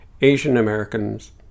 Asian-Americans